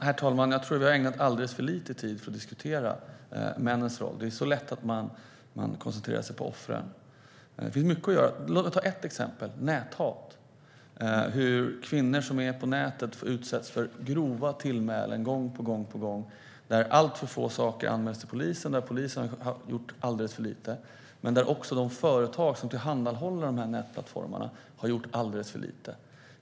Herr talman! Jag tror att vi har ägnat alldeles för lite tid åt att diskutera männens roll. Det är lätt att man koncentrerar sig på offren. Det finns mycket att göra. Låt mig ta ett exempel: näthat. Kvinnor på nätet utsätts för grova tillmälen gång på gång, alltför få saker anmäls till polisen och polisen har gjort alldeles för lite. Men också de företag som tillhandahåller nätplattformarna har gjort alldeles för lite.